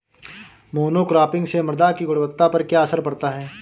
Monocropping से मृदा की गुणवत्ता पर क्या असर पड़ता है?